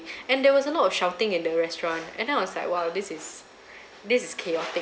and there was a lot of shouting in the restaurant and then I was like !wow! this is this is chaotic